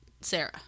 Sarah